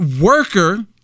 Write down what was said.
worker